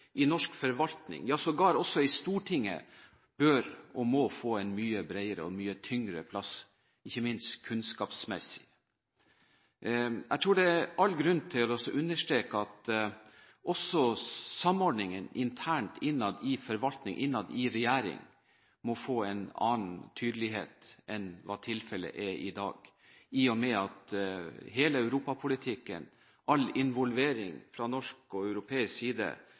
i norsk forvaltning – ja, sågar også i Stortinget – bør og må bli mye bredere og mye tyngre, ikke minst kunnskapsmessig. Jeg tror det er all grunn til å understreke at også samordningen internt i forvaltning og i regjering må få en annen tydelighet enn hva tilfellet er i dag, i og med at hele europapolitikken, all involvering fra norsk og europeisk side,